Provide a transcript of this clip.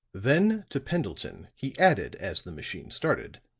then to pendleton, he added as the machine started,